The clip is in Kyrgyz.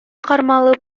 кармалып